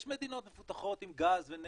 יש מדינות מפותחות עם גז ונפט.